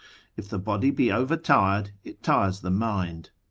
if the body be overtired, it tires the mind.